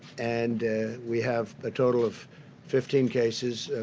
and we have a total of fifteen cases,